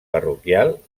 parroquial